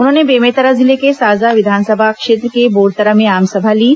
उन्होंने बेमेतरा जिले के साजा विधानसभा क्षेत्र के बोरतरा में आमसभा लीं